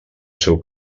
seu